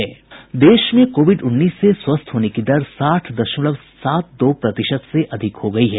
देश में कोविड उन्नीस से स्वस्थ होने की दर साठ दशमलव सात दो प्रतिशत से अधिक हो गयी है